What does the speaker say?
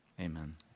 amen